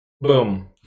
Boom